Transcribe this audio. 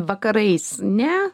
vakarais ne